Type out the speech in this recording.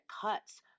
cuts